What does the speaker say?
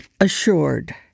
assured